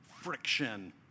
friction